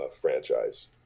franchise